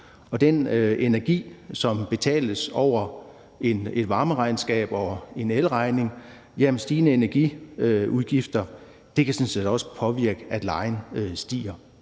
den energi, som betales ud fra et varmeregnskab og en elregning, kan stigende energiudgifter sådan set også påvirke, at lejen stiger